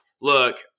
look